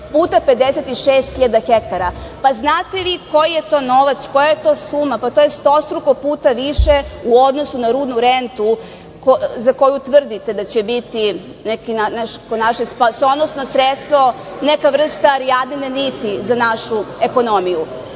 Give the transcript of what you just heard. puta 56.000 hektara, pa znate vi koji je to novac, koja je to suma, pa to je stostruko puta više u odnosu na rudnu rentu, za koju tvrdite da će biti neko naše spasonosno